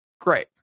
Great